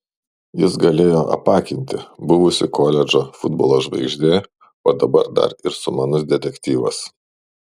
jis galėjo apakinti buvusi koledžo futbolo žvaigždė o dabar dar ir sumanus detektyvas